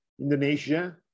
Indonesia